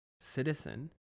citizen